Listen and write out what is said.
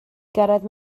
gyrraedd